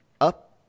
up